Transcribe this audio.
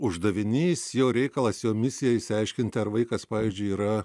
uždavinys jo reikalas jo misija išsiaiškinti ar vaikas pavyzdžiui yra